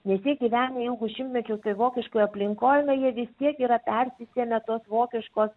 nes jie gyvenę ilgus šimtmečius toj vokiškoj aplinkoj na jie vis tiek yra persisėmę tos vokiškos